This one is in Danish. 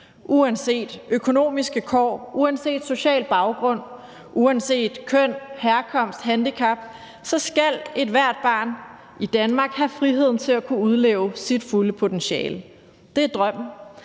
Uanset økonomiske kår, uanset social baggrund, uanset køn, herkomst eller handicap skal ethvert barn i Danmark have friheden til at kunne udleve sit fulde potentiale. Det er drømmen,